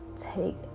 take